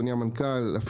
אדוני המנכ"ל.